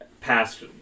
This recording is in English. past